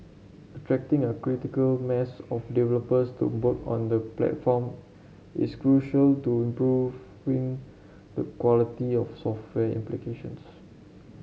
attracting a critical mass of developers to work on the platform is crucial to improving the quality of software applications